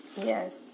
yes